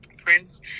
Prince